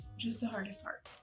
which is the hardest part.